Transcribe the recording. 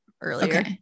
earlier